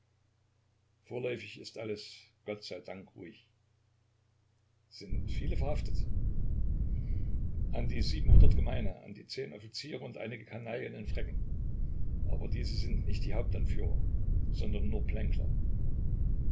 vorläufig ist alles gott sei dank ruhig sind viele verhaftet an die siebenhundert gemeine an die zehn offiziere und einige kanaillen in fräcken aber diese sind nicht die hauptanführer sondern nur plänkler